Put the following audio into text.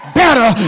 better